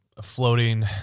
floating